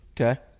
okay